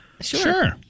Sure